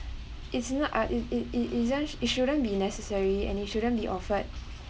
it's not uh it it it isn't it shouldn't be necessary and it shouldn't be offered